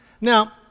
Now